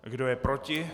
Kdo je proti?